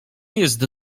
jest